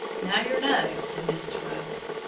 now, yer know, said mrs. ruggles,